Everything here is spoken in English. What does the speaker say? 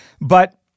But-